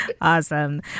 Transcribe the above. Awesome